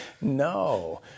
No